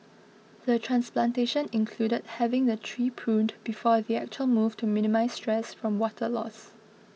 the transplantation included having the tree pruned before the actual move to minimise stress from water loss